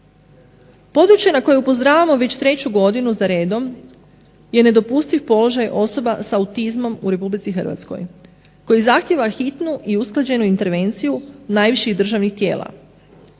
Područje na koje upozoravamo već treću godinu za redom je nedopustiv položaj osoba sa autizmom u RH koji zahtjeva hitnu i usklađenu intervenciju najviših državnih tijela.